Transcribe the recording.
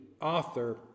author